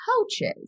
coaches